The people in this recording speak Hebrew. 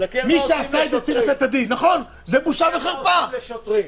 תסתכל מה עושים לשוטרים.